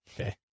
Okay